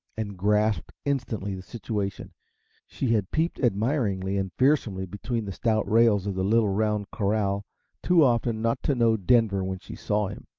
and grasped instantly the situation she had peeped admiringly and fearsomely between the stout rails of the little, round corral too often not to know denver when she saw him,